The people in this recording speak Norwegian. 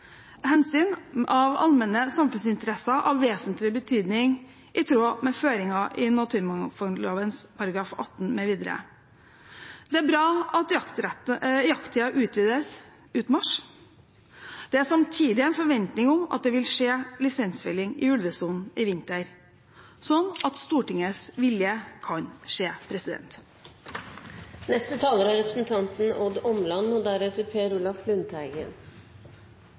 hensyn til allmenne samfunnsinteresser av vesentlig betydning i tråd med føringen i naturmangfoldloven § 18 mv. Det er bra at jakttiden utvides ut mars. Det er samtidig en forventning om at det vil skje lisensfelling i ulvesonen i vinter, slik at Stortingets vilje kan skje.